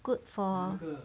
good for